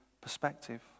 perspective